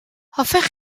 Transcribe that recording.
hoffech